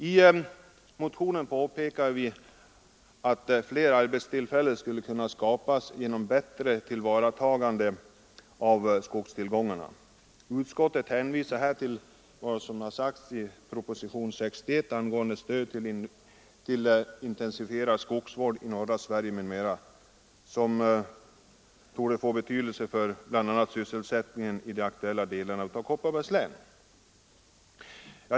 I motionen påpekar vi att fler arbetstillfällen skulle kunna skapas genom bättre tillvaratagande av skogstillgångarna. Utskottet hänvisar här till ”propositionen nr 61 angående stöd till intensifierad skogsvård i norra Sverige m.m. som torde få betydelse för bl.a. sysselsättningen i de aktuella delarna av Kopparbergs län”.